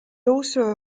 also